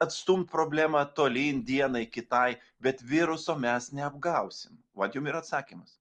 atstumt problemą tolyn dienai kitai bet viruso mes neapgausim vat jum ir atsakymas